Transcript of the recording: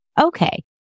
okay